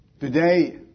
Today